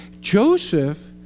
Joseph